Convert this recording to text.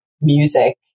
music